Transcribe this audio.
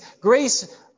Grace